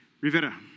Rivera